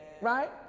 Right